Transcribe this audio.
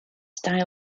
style